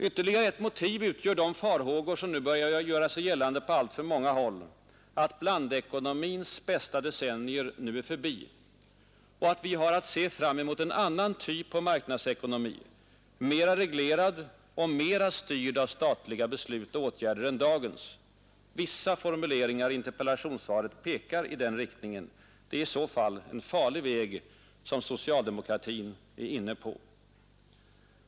Ytterligare ett motiv är de farhågor som nu börjar göra sig gällande på alltför många håll, att blandekonomins bästa decennier nu är förbi och att vi har att se fram emot en annan typ av marknadsekonomi, mera reglerad och mera styrd av statliga beslut och åtgärder än dagens. Vissa formuleringar i interpellationssvaret pekar i den riktningen. Det är i så fall en farlig väg som socialdemokratin är inne på.